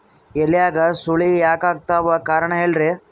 ಎಲ್ಯಾಗ ಸುಳಿ ಯಾಕಾತ್ತಾವ ಕಾರಣ ಹೇಳ್ರಿ?